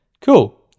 cool